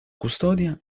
custodia